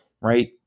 right